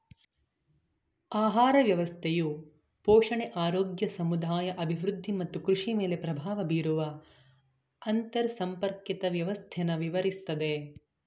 ಆಹಾರ ವ್ಯವಸ್ಥೆಯು ಪೋಷಣೆ ಆರೋಗ್ಯ ಸಮುದಾಯ ಅಭಿವೃದ್ಧಿ ಮತ್ತು ಕೃಷಿಮೇಲೆ ಪ್ರಭಾವ ಬೀರುವ ಅಂತರ್ಸಂಪರ್ಕಿತ ವ್ಯವಸ್ಥೆನ ವಿವರಿಸ್ತದೆ